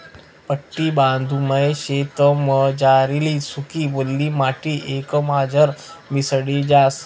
पट्टी बांधामुये शेतमझारली सुकी, वल्ली माटी एकमझार मिसळी जास